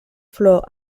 flor